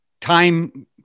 Time